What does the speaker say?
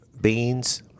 Beans